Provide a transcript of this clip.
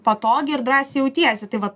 patogiai ir drąsiai jautiesi tai vat